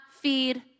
Feed